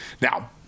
Now